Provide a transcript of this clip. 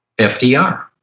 FDR